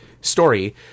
story